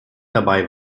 dabei